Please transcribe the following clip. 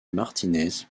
martinez